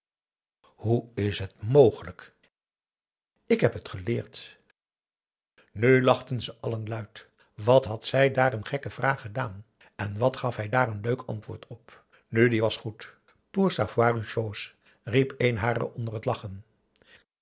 hoe is het mogelijk ik heb het geleerd nu lachten ze allen luid wat had zij daar een gekke vraag gedaan en wat gaf hij daar een leuk antwoord op nu die was goed pour savoir une chose riep een harer onder het lachen